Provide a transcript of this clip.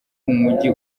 umujyi